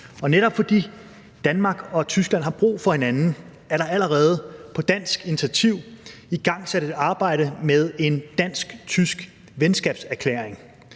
Netop fordi Danmark og Tyskland har brug for hinanden, er der allerede på dansk initiativ igangsat et arbejde med en dansk-tysk venskabserklæring.